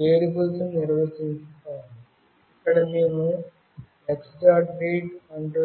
వేరియబుల్స్ను నిర్వచిస్తాము ఇక్కడ మేము x